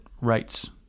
rights